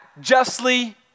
justly